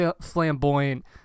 flamboyant